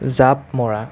জাপ মৰা